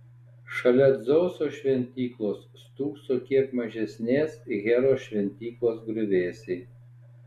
šalia dzeuso šventyklos stūkso kiek mažesnės heros šventyklos griuvėsiai